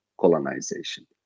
colonization